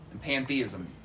Pantheism